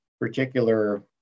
particular